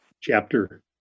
chapter